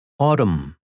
Autumn